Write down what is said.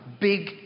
Big